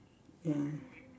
ya